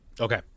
Okay